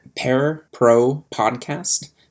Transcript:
PairProPodcast